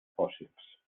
fòssils